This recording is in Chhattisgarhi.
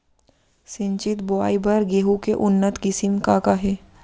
सिंचित बोआई बर गेहूँ के उन्नत किसिम का का हे??